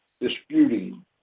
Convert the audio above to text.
disputing